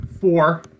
Four